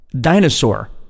Dinosaur